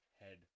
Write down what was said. head